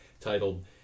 titled